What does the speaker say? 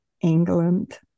England